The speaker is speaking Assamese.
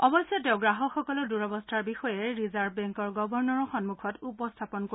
অৱশ্যে তেওঁ গ্ৰাহকসকলৰ দূৰৱস্থাৰ বিষয়ে ৰিজাৰ্ভ বেংকৰ গৱৰ্ণৰৰ সন্মুখত উপস্থাপন কৰিব